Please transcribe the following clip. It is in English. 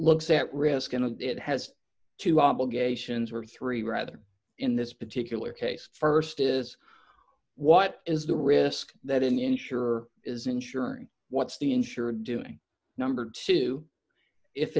looks at risk and it has to obligations were three rather in this particular case st is what is the risk that in the insurer is insurance what's the insurer doing number two if